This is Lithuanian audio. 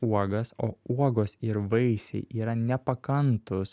uogas o uogos ir vaisiai yra nepakantūs